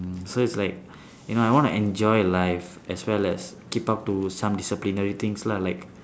mm so it's like you know I want to enjoy life as well as keep up to some disciplinary things lah like